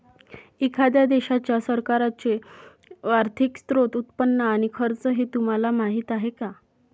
एखाद्या देशाच्या सरकारचे आर्थिक स्त्रोत, उत्पन्न आणि खर्च हे तुम्हाला माहीत आहे का